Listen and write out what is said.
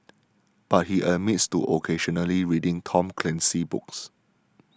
but he admits to occasionally reading Tom Clancy books